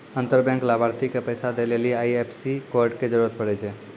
अंतर बैंक लाभार्थी के पैसा दै लेली आई.एफ.एस.सी कोड के जरूरत पड़ै छै